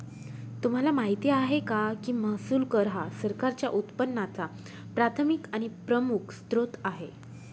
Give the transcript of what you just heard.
तुम्हाला माहिती आहे का की महसूल कर हा सरकारच्या उत्पन्नाचा प्राथमिक आणि प्रमुख स्त्रोत आहे